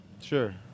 Sure